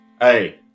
Hey